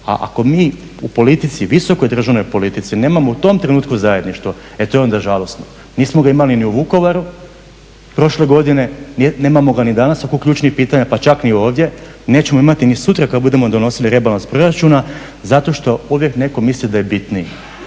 u politici, visokoj državnoj politici nemao u tom trenutku zajedništvo e to je onda zajedništvo. Nismo ga imali ni u Vukovaru prošle godine, nemamo ga ni danas oko ključnih pitanja pa čak ni ovdje, nećemo imati ni sutra kada budemo donosili rebalans proračuna zato što uvijek netko misli da je bitniji.